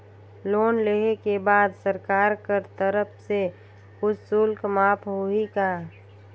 Loan लेहे के बाद सरकार कर तरफ से कुछ शुल्क माफ होही का?